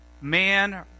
man